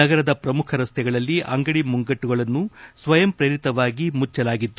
ನಗರದ ಪ್ರಮುಖ ರಸ್ತೆಗಳಲ್ಲಿ ಅಂಗಡಿ ಮುಂಗಬ್ಬಗಳನ್ನು ಸ್ವಯಂ ಪ್ರೇರಿತವಾಗಿ ಮುಚ್ಚಲಾಗಿತ್ತು